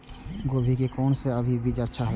गोभी के कोन से अभी बीज अच्छा होते?